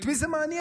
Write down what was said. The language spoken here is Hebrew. את מי זה מעניין?